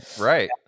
right